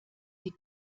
die